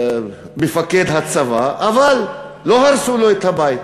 מפקד הצבא, אבל לא הרסו לו את הבית.